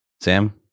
Sam